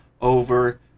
over